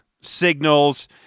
signals